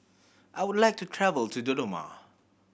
I would like to travel to Dodoma